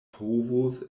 povos